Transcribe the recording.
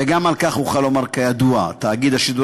וגם על כך אוכל לומר "כידוע" תאגיד השידור